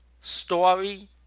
Story